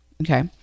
Okay